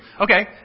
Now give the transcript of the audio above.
Okay